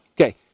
Okay